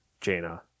Jaina